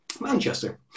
Manchester